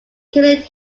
currently